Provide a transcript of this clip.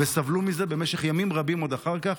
וסבלו מזה במשך ימים רבים עוד אחר כך,